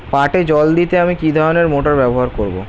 পাটে জল দিতে আমি কি ধরনের মোটর ব্যবহার করব?